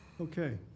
Okay